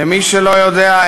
למי שלא יודע,